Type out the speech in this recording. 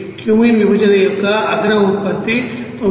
cumene విభజన యొక్క అగ్ర ఉత్పత్తి 99